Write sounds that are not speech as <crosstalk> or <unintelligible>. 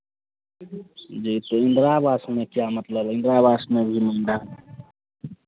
जी तो इन्दिरावास में क्या मतलब इन्दिरावास में भी <unintelligible>